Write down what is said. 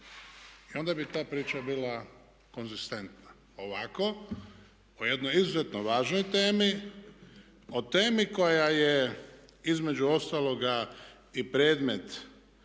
I onda bi ta priča bila konzistentna. Ovako o jednoj izuzetno važnoj temi, o temi koja je između ostaloga i predmet